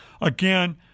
Again